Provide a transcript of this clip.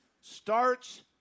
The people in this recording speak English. starts